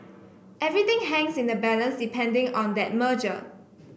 everything hangs in the balance depending on that merger